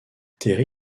terry